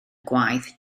gwaith